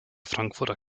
frankfurter